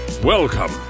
Welcome